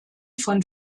von